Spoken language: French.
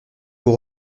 vous